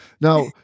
Now